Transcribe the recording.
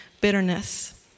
bitterness